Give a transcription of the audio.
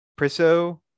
Priso